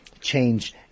change